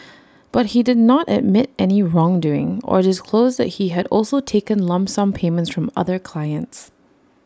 but he did not admit any wrongdoing or disclose that he had also taken lump sum payments from other clients